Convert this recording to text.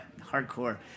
hardcore